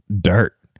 dirt